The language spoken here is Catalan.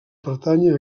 pertànyer